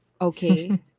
okay